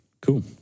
Cool